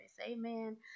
Amen